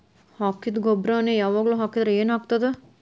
ಹಾಕಿದ್ದ ಗೊಬ್ಬರಾನೆ ಯಾವಾಗ್ಲೂ ಹಾಕಿದ್ರ ಏನ್ ಆಗ್ತದ?